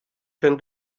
can